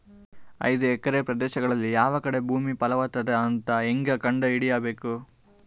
ಐದು ಎಕರೆ ಪ್ರದೇಶದಲ್ಲಿ ಯಾವ ಕಡೆ ಭೂಮಿ ಫಲವತ ಅದ ಅಂತ ಹೇಂಗ ಕಂಡ ಹಿಡಿಯಬೇಕು?